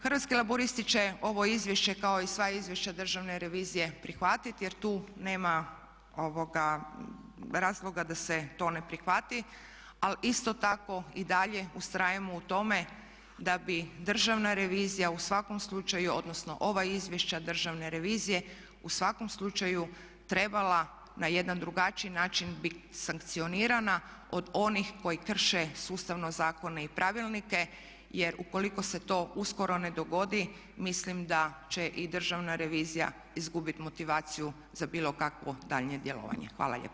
Hrvatski laburisti će ovo izvješće kao i sva izvješća Državne revizije prihvatiti jer tu nema razloga da se to ne prihvati, ali isto tako i dalje ustrajemo u tome da bi Državna revizija u svakom slučaju, odnosno ova izvješća Državne revizije u svakom slučaju trebala na jedan drugačiji način bit sankcionirana od onih koji krše sustavno zakone i pravilnike jer ukoliko se to uskoro ne dogodi mislim da će i Državna revizije izgubiti motivaciju za bilo kakvo daljnje djelovanje.